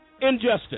injustice